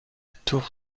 tour